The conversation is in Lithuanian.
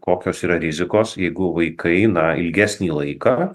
kokios yra rizikos jeigu vaikai na ilgesnį laiką